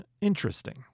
Interesting